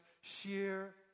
sheer